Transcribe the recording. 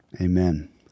Amen